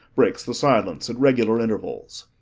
breaks the silence at regular intervals.